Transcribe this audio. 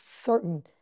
certain